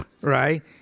right